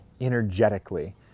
energetically